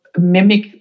Mimic